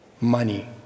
money